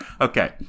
Okay